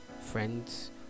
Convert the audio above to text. friends